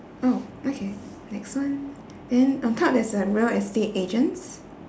oh okay next one then on top there's a real estate agents